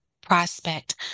prospect